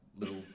Little